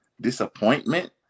disappointment